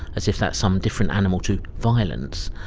as if that's some different animal to violence.